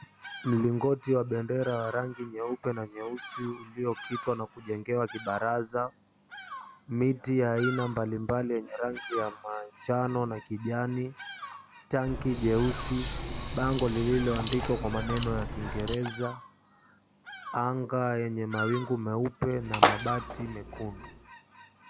Mlingoti wa bendera wa rangi nyeupe na nyeusi uliokitwa na kujengewa kibaraza miti ya aina mbalimbali yenye rangi ya manjano na kijani, tanki jeusi, bango liloanfikwa kwa maneno kingereza, anga yenye mawingu meupe na mabati mekundu.